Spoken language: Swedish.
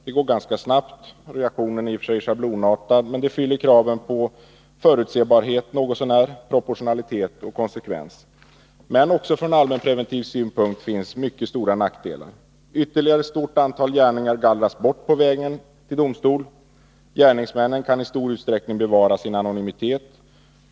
Det går ganska snabbt, reaktionen är i och för sig schablonartad men fyller kraven på förutsebarhet något så när, proportionalitet och konsekvens. Men också från allmänpreventiv synpunkt finns mycket stora nackdelar. Ytterligare ett stort antal gärningar gallras bort på vägen till domstol. Gärningsmannen kan i stor utsträckning bevara sin anonymitet.